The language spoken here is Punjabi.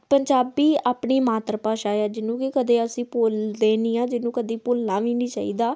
ਪੰਜਾਬੀ ਆਪਣੀ ਮਾਤਰ ਭਾਸ਼ਾ ਹੈ ਜਿਹਨੂੰ ਕਿ ਕਦੇ ਅਸੀਂ ਭੁੱਲਦੇ ਨਹੀਂ ਆ ਜਿਹਨੂੰ ਕਦੀ ਭੁੱਲਣਾ ਵੀ ਨਹੀਂ ਚਾਹੀਦਾ